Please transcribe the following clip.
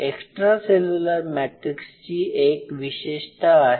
extra cellular मॅट्रिक्सची एक विशेषता आहे